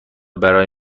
برای